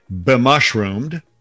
bemushroomed